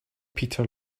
peter